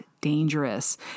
dangerous